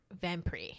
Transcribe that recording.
Vampire